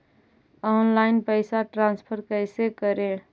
Online पैसा transfer कैसे करे?